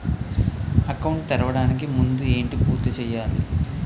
Account తెరవడానికి ముందు ఏంటి పూర్తి చేయాలి?